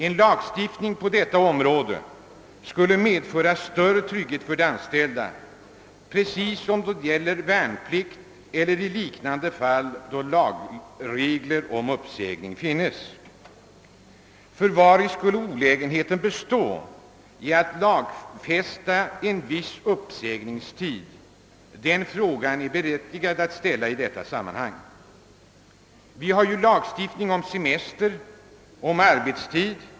En lagstiftning på detta område skulle medföra större trygghet för den anställde precis på samma sätt som då det gäller värnpliktiga eller andra grupper i liknande fall, då lagregler om uppsägning finns. Vari skulle olägenheterna med att lagfästa en viss uppsägningstid bestå? Den frågan är berättigad. Vi har ju redan lagstiftning om semester och om arbetstid.